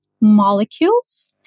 molecules